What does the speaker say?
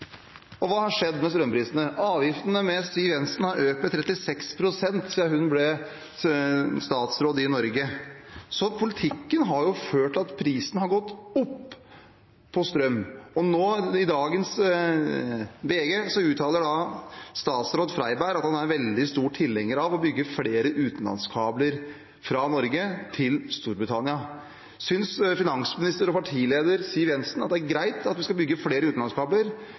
Og hva har skjedd med strømprisene? Avgiftene har økt med 36 pst. siden Siv Jensen ble statsråd i Norge. Så politikken har ført til at prisen på strøm har gått opp. Og i dagens VG uttaler statsråd Freiberg at han er veldig stor tilhenger av å bygge flere utenlandskabler fra Norge til Storbritannia. Synes finansminister og partileder Siv Jensen at det er greit at vi skal bygge flere utenlandskabler